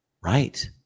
Right